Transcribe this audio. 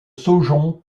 saujon